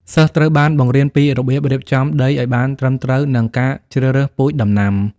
សិស្សត្រូវបានបង្រៀនពីរបៀបរៀបចំដីឱ្យបានត្រឹមត្រូវនិងការជ្រើសរើសពូជដំណាំ។